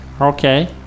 Okay